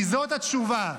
כי זאת התשובה.